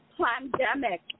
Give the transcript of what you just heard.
pandemic